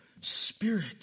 Spirit